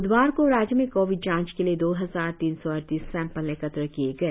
ब्धवार को राज्य में कोविड जांच के लिए दो हजार तीन सौ अड़तीस सैंपल एकत्र किए गए